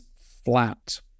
flat